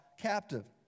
captive